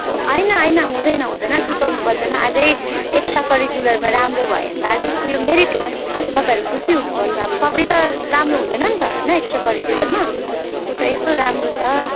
होइन होइन हुँदैन हुँदैन सुर्ताउनु पर्दैन अझै एक्स्ट्रा करिकुलरमा राम्रो भयो भने त अझै उसको यो मेरिट हो तपाईँहरू खुसी हुनुपर्छ अब सबै त राम्रो हुँदैन नि त होइन एक्स्ट्रा करिकुलरमा उ त यस्तो राम्रो छ